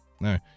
No